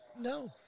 No